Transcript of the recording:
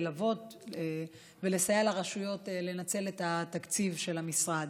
ללוות אותן ולסייע להן לנצל את התקציב של המשרד.